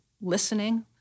listening